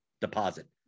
deposit